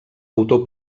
autor